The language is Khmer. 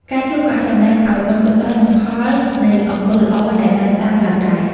ផ្កាឈូកក៏អាចតំណាងឱ្យ បុណ្យកុសល និងផលនៃអំពើល្អដែលបានសាងឡើងដែរ។